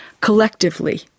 collectively